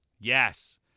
Yes